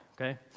okay